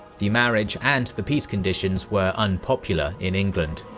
the marriage and the peace conditions were unpopular in england.